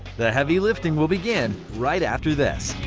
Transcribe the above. the heavy lifting will begin right after this.